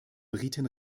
briten